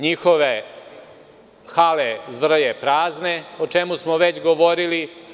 Njihove hale zvrje prazne, o čemu smo već govorili.